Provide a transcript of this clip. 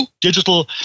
Digital